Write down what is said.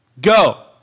Go